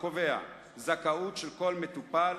הקובע זכאות של כל מטופל